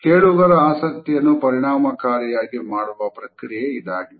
ಕೇಳುಗರ ಆಸಕ್ತಿಯನ್ನು ಪರಿಣಾಮಕಾರಿಯಾಗಿ ಮಾಡುವ ಪ್ರಕ್ರಿಯೆ ಇದಾಗಿದೆ